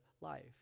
life